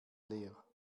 leer